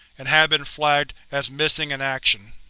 and have been flagged as missing in action.